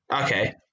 Okay